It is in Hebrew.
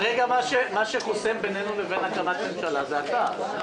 כרגע מה שחוסם בינינו לבין הקמת ממשלה זה אתה.